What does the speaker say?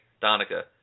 Donica